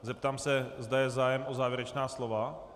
Zeptám se, zda je zájem o závěrečná slova.